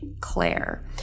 claire